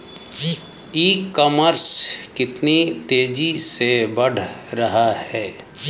ई commerce कितनी तेजी से बढ़ रहा है?